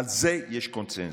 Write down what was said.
על זה יש קונסנזוס.